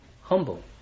humble